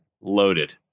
loaded